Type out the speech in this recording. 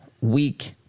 week